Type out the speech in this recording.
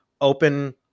open